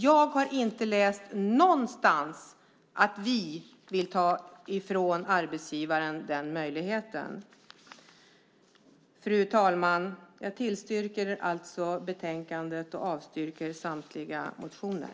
Jag har inte läst någonstans att vi vill ta ifrån arbetsgivaren den möjligheten. Fru talman! Jag tillstyrker förslaget i betänkandet och avstyrker samtliga motioner.